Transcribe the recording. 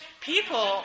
People